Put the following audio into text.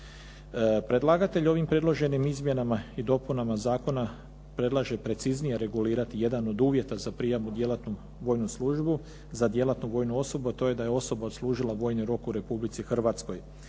Predlagatelj ovim predloženim izmjenama i dopunama zakona predlaže preciznije regulirati jedan od uvjeta za prijam u djelatnu vojnu službu za djelatnu vojnu osobu a to je da je osoba odslužila vojni rok u Republici Hrvatskoj,